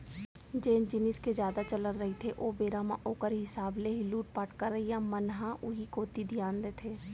जेन जिनिस के जादा चलन रहिथे ओ बेरा म ओखर हिसाब ले ही लुटपाट करइया मन ह उही कोती धियान देथे